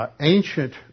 Ancient